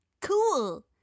Cool